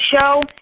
show